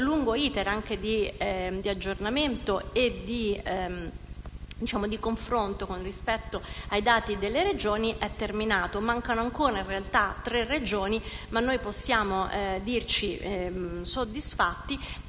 lungo *iter* di aggiornamento e di confronto, con i dati delle Regioni, è terminato; mancano ancora in realtà tre Regioni, ma noi possiamo dirci soddisfatti